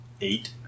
Eight